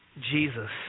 Jesus